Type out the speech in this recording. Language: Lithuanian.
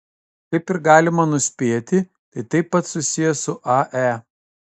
kaip ir galima nuspėti tai taip pat susiję su ae